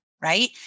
right